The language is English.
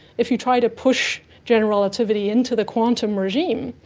if you try to push general relatively into the quantum regime,